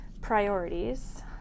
Priorities